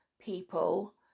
people